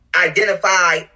identify